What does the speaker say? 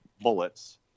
bullets